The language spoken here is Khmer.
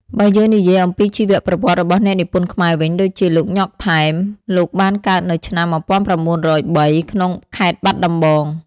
បើយើងនិយាយអំពីជីវប្រវត្តិរបស់អ្នកនិពន្ធខ្មែរវិញ ដូចជា លោក ញ៉ុក ថែម លោកបានកើតនៅឆ្នាំ ១៩០៣ ក្នុងខេត្តបាត់ដំបង។